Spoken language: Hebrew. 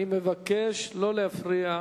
אני מבקש לא להפריע.